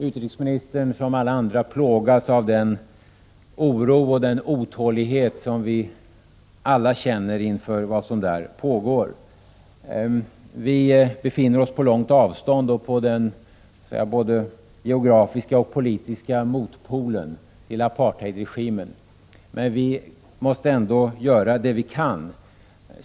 Utrikesministern plågas som alla andra av den oro och otålighet som vi alla känner inför vad som där pågår. Vi befinner oss på långt avstånd och på den både geografiska och politiska motpolen till apartheidregimen, men vi måste ändå göra vad vi kan.